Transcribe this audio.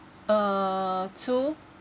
uh two